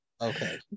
Okay